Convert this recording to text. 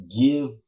give